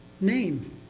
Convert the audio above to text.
name